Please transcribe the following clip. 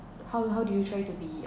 how how do you try to be